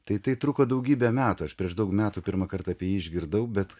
tai tai truko daugybę metų aš prieš daug metų pirmąkart apie jį išgirdau bet